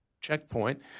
checkpoint